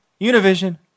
Univision